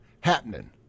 happening